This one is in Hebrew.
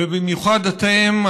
ובמיוחד אתם,